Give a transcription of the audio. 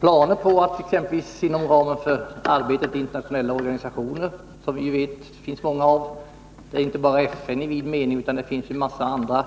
planer på att göra det, exempelvis inom ramen för arbetet inom internationella organisationer? Jag tänker inte bara på FN i vid mening — det är många underliggande organisationer som är involverade i dessa sammanhang. Vi har t.ex. vårt i andra sammanhang starkt kritiserade medlemskap i IDB.